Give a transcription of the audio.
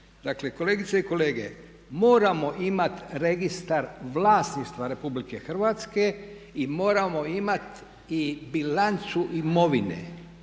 Dakle, kolegice i kolege, moramo imati registar vlasništva RH i moramo imati i bilancu imovine.